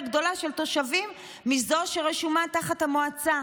גדול של תושבים מזה שרשומה תחת המועצה,